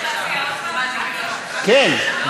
כן.